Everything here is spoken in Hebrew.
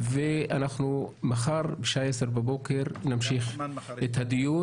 ואנחנו מחר בשעה 10:00 בבוקר נמשיך את הדיון.